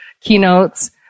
keynotes